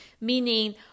meaning